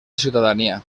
ciutadania